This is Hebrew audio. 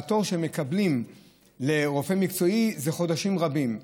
והתור שהם מקבלים לרופא מקצועי זה, חודשים רבים,